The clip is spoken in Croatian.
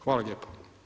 Hvala lijepo.